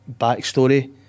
backstory